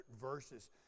verses